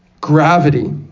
gravity